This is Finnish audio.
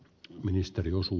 kun ministeri uskoo